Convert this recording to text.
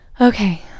okay